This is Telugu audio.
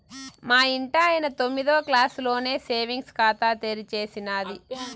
మా ఇంటాయన తొమ్మిదో క్లాసులోనే సేవింగ్స్ ఖాతా తెరిచేసినాది